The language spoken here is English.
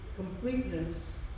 Completeness